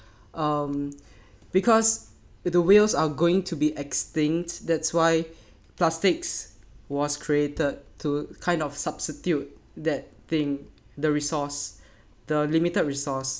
um because if the whales are going to be extinct that's why plastics was created to kind of substitute that thing the resource the limited resource